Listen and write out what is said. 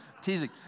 Teasing